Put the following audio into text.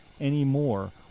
anymore